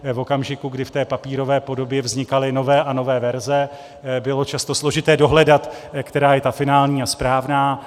v okamžiku, kdy v té papírové podobě vznikaly nové a nové verze, bylo často složité dohledat, která je ta finální a správná.